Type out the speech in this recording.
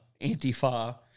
Antifa